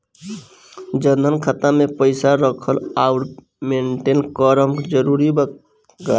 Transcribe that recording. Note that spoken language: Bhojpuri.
जनधन खाता मे पईसा रखल आउर मेंटेन करल जरूरी बा?